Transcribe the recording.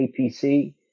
apc